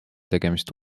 tegemist